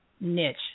niche